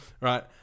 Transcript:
right